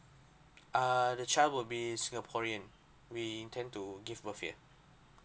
err the child will be singaporean we intend to give birth here